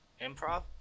improv